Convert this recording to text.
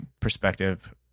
perspective